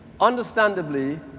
understandably